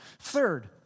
third